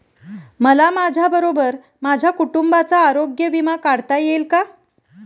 मला माझ्याबरोबर माझ्या कुटुंबाचा आरोग्य विमा काढता येईल का?